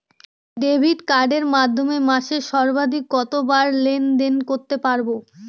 Debit কার্ডের মাধ্যমে মাসে সর্বাধিক কতবার লেনদেন করতে পারবো?